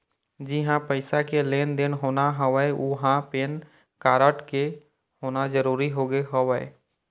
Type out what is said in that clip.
जिहाँ पइसा के लेन देन होना हवय उहाँ पेन कारड के होना जरुरी होगे हवय